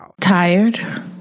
Tired